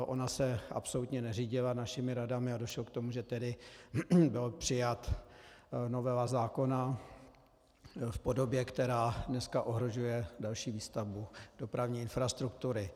Ona se absolutně neřídila našimi radami a došlo k tomu, že tedy byla přijata novela zákona v podobě, která dneska ohrožuje další výstavbu dopravní infrastruktury.